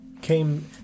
came